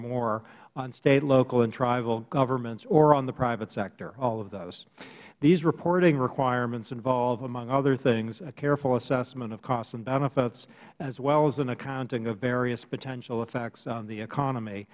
more on state local and tribal governments or on the private sector all of those these reporting requirements involve among other things a careful assessment of costs and benefits as well as an accounting of various potential effects on the economy